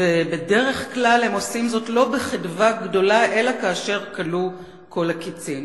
ובדרך כלל הם עושים זאת לא בחדווה גדולה אלא כאשר כלו כל הקִצים.